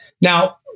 Now